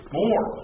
more